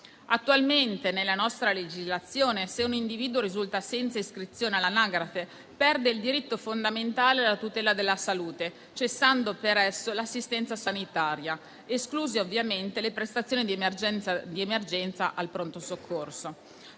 Attualmente, nella nostra legislazione, se un individuo risulta senza iscrizione all'anagrafe, perde il diritto fondamentale alla tutela della salute, cessando per esso l'assistenza sanitaria, escluse ovviamente le prestazioni di emergenza al pronto soccorso.